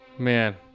Man